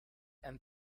and